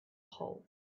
hole